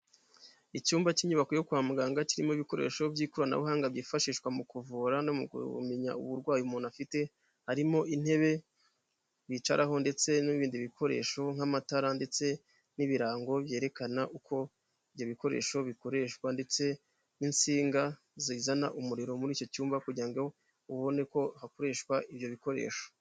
Icyumba cy'inyubako yo kwa muganga, kirimo ibikoresho by'ikoranabuhanga byifashishwa mu kuvura no mu kumenya uburwayi umuntu afite, harimo intebe bicaraho ndetse n'ibindi bikoresho nk'amatara, ndetse n'ibirango byerekana uko ibyo bikoresho bikoreshwa, ndetse n'insinga zizana umuriro muri icyo cyumba, kugira ngo ubone ko hakoreshwa ibyo bikoresho.